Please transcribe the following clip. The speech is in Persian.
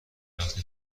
وقتی